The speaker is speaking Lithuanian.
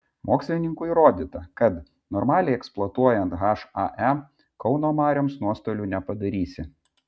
mokslininkų įrodyta kad normaliai eksploatuojant hae kauno marioms nuostolių nepadarysi